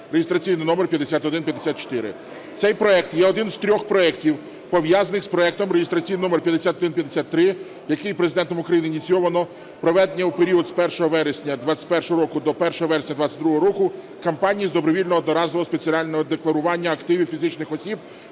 (реєстраційний номер 5154). Цей проект є одним з трьох проектів, пов'язаних з проектом реєстраційний номер 5153, яким Президентом України ініційовано проведення у період з 1 вересня 2021 року до 1 вересня 2022 року кампанії з добровільного одноразового спеціального декларування активів фізичних осіб,